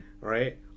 Right